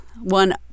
one